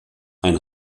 ein